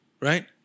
right